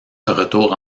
retour